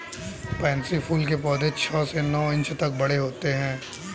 pansy फूल के पौधे छह से नौ इंच तक बड़े होते हैं